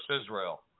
Israel